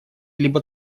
либо